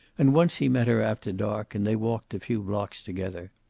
and once he met her after dark and they walked a few blocks together.